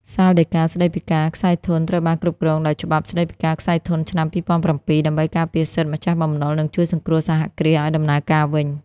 សាលដីកាស្ដីពីការក្ស័យធនត្រូវបានគ្រប់គ្រងដោយច្បាប់ស្ដីពីការក្ស័យធនឆ្នាំ ២០០៧ ដើម្បីការពារសិទ្ធិម្ចាស់បំណុល និងជួយសង្គ្រោះសហគ្រាសឱ្យដំណើរការវិញ។